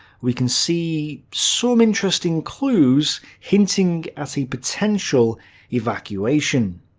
we can see some interesting clues hinting at a potential evacuation.